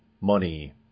money